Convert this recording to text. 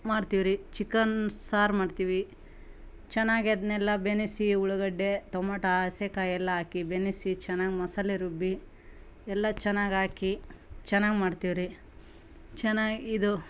ಮಾಡ್ತೀವ್ರಿ ಚಿಕನ್ ಸಾರು ಮಾಡ್ತೀವಿ ಚೆನ್ನಾಗಿ ಅದನ್ನೆಲ್ಲ ಬೆನೆಸಿ ಉಳ್ಳಾಗಡ್ಡೆ ಟೊಮೊಟೊ ಹಸೆಕಾಯಿ ಎಲ್ಲ ಹಾಕಿ ಬೆನಸಿ ಚೆನ್ನಾಗಿ ಮಸಾಲೆ ರುಬ್ಬಿ ಎಲ್ಲ ಚೆನ್ನಾಗಿ ಹಾಕಿ ಚೆನ್ನಾಗಿ ಮಾಡ್ತೀವ್ರಿ ಚೆನ್ನಾಗಿ ಇದು